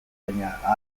baina